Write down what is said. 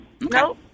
no